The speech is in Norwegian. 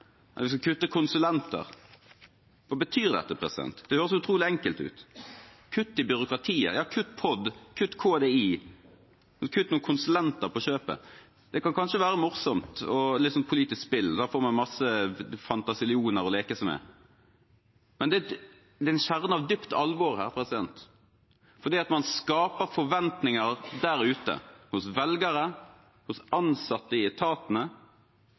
EØS. Vi skal kutte i konsulentbruk. Hva betyr dette? Det høres så utrolig enkelt ut. Kutte i byråkratiet – ja, kutt POD, kutt KDI, kutt noen konsulenter på kjøpet. Det kan kanskje være morsomt, et politisk spill der man får masse «fantasillioner» å leke seg med. Men det er en kjerne av dypt alvor her, for man skaper forventninger der ute, hos velgere, hos ansatte i etatene,